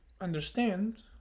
understand